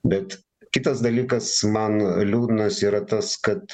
bet kitas dalykas man liūdnas yra tas kad